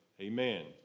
amen